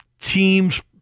teams